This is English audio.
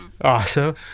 Awesome